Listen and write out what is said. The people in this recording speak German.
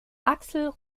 axel